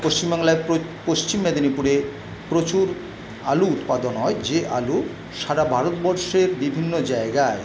পশ্চিমবাংলায় পশ্চিম মেদিনীপুরে প্রচুর আলু উৎপাদন হয় যে আলু সারা ভারতবর্ষের বিভিন্ন জায়গায়